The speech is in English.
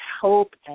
hope